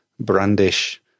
brandish